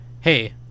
hey